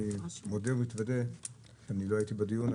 אודה ואתוודה שלא הייתי בדיון.